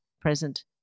present